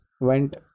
went